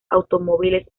automóviles